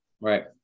right